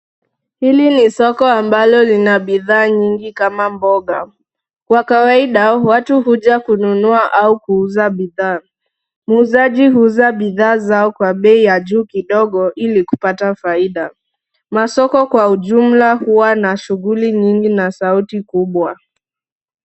Hili ni soko ambalo lina bidhaa nyingi kama mboga. Kwa kawaida watu huja kununua au kuuza bidhaa. Muuzaji huuza bidhaa zao kwa bei ya juu kidogo ili kupata faida. Masoko kwa ujumla huwa na shughuli nyingi na sauti kubwa.